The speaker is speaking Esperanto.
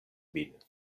min